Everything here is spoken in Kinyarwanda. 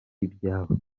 ibyabo